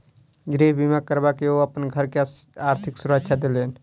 गृह बीमा करबा के ओ अपन घर के आर्थिक सुरक्षा देलैन